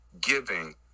giving